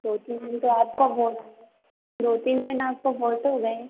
दो तीन दिन से आपको बहुत दो तीन दिन आपका बहुत हो गए